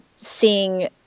seeing